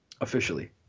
officially